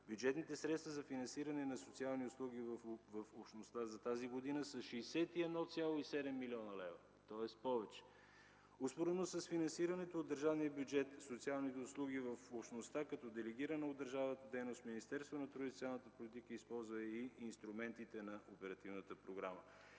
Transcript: Бюджетните средства за финансиране на социални услуги в общността за тази година са 61,7 млн. лв., тоест повече. Успоредно с финансирането от държавния бюджет на социалните услуги в общността, като делегирана от държавата дейност Министерството на труда и социалната политика използва и инструментите на оперативната програма.